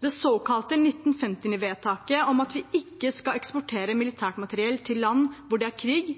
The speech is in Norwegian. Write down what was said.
Det såkalte 1959-vedtaket om at vi ikke skal eksportere militært materiell til land hvor det er krig,